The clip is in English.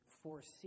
foresee